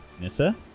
Nissa